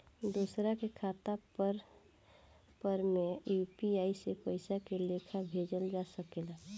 दोसरा के खाता पर में यू.पी.आई से पइसा के लेखाँ भेजल जा सके ला?